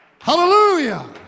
Hallelujah